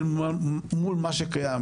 אל מול מה שקיים.